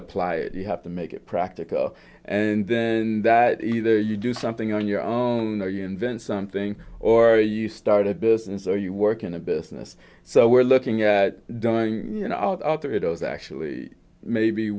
apply it you have to make it practical and then that either you do something on your own or invent something or you start a business or you work in a business so we're looking at doing you know i'll trade of actually maybe